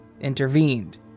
intervened